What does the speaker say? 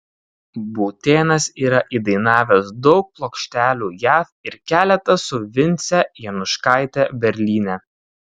būtėnas yra įdainavęs daug plokštelių jav ir keletą su vince januškaite berlyne